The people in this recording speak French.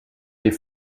les